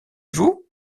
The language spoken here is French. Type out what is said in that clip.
vous